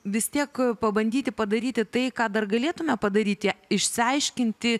vis tiek pabandyti padaryti tai ką dar galėtume padaryti išsiaiškinti